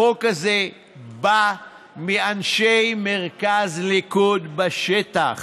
החוק הזה בא מאנשי מרכז ליכוד בשטח